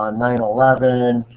um nine eleven,